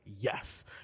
yes